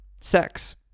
Sex